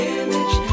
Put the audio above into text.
image